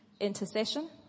intercession